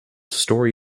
story